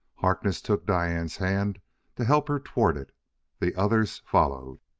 harkness took diane's hand to help her toward it the others followed.